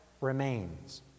remains